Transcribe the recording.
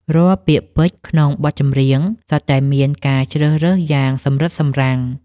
រាល់ពាក្យពេចន៍ក្នុងបទចម្រៀង សុទ្ធតែមានការជ្រើសរើសយ៉ាងសម្រិតសម្រាំង។